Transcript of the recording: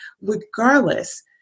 Regardless